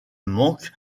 manque